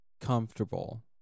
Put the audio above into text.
comfortable